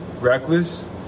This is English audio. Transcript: reckless